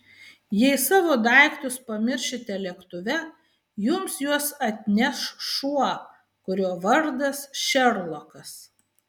jei savo daiktus pamiršite lėktuve jums juos atneš šuo kurio vardas šerlokas